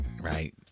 Right